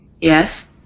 Yes